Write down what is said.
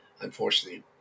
unfortunately